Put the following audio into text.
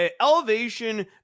Elevation